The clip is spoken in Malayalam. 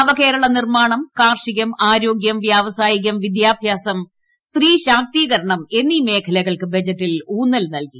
നവകേരള നിർമ്മാണം കാർഷികം ആരോഗ്യം വ്യാവസായികം വിദ്യാഭ്യാസം സ്ത്രീശാക്തീക രണം എന്നീ മേഖലകൾക്ക് ബജറ്റിൽ ഊന്നൽ നൽകി